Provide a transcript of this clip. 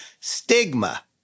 stigma